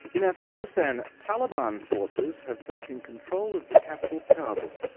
in afghanistan, taliban forces have taken control of the capital, kabul.